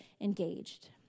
engaged